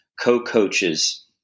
co-coaches